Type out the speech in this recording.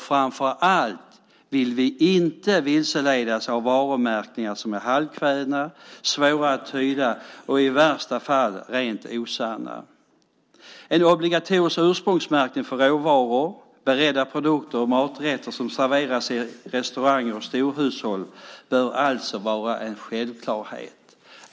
Framför allt vill vi inte vilseledas av varumärkningar som är halvkvädna, svåra att tyda och i värsta fall rent osanna. En obligatorisk ursprungsmärkning för råvaror, beredda produkter och maträtter som serveras i restauranger och storhushåll bör alltså vara en självklarhet.